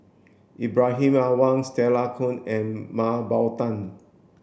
Ibrahim Awang Stella Kon and Mah Bow Tan